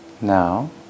Now